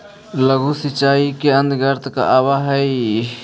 लघु सिंचाई के अंतर्गत का आव हइ?